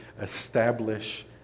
establish